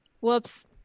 Whoops